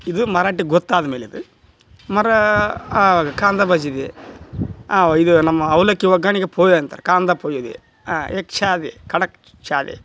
ಇದು ಮರಾಠಿ ಗೊತ್ತಾದ್ಮೇಲೆ ಇದು ಮರಾ ಅವಾಗ ಕಾಂದಾ ಭಾಜಿ ದೆ ಅವ ಇದು ನಮ್ಮ ಅವಲಕ್ಕಿ ಒಗ್ಗರ್ಣೆಗೆ ಪೋಹೆ ಅಂತಾರೆ ಕಾಂದಾ ಪೋಹೆ ದೆ ಎಕ್ ಚಾ ದೆ ಖಡಕ್ ಚಾ ದೆ